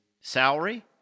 salary